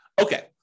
okay